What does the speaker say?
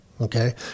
Okay